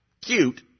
cute